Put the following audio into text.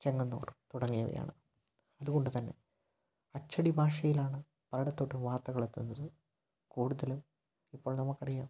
ചെങ്ങന്നൂർ തുടങ്ങിയവയാണ് അതുകൊണ്ടുതന്നെ അച്ചടി ഭാഷയിലാണ് പലയിടത്തോട്ടും വാർത്തകളെത്തുന്നത് കൂടുതലും ഇപ്പോൾ നമുക്കറിയാം